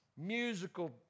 musical